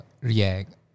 react